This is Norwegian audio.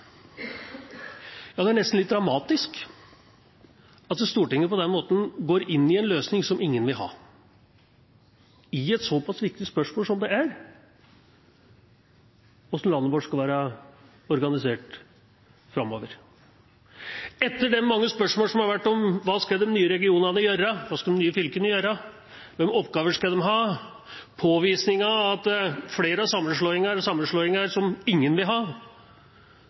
Ja, det er nesten litt dramatisk at Stortinget på den måten går inn i en løsning som ingen vil ha, i et såpass viktig spørsmål som det er: hvordan landet vårt skal være organisert framover. Etter de mange spørsmålene som har vært om hva de nye regionene skal gjøre, hva de nye fylkene skal gjøre, hvilke oppgaver de skal ha, og påvisningen av at det er flere sammenslåinger som ingen vil ha,